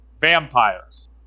vampires